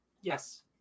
Yes